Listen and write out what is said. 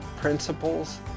principles